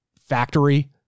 factory